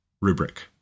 rubric